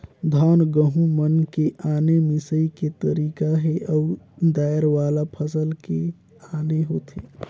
धान, गहूँ मन के आने मिंसई के तरीका हे अउ दायर वाला फसल के आने होथे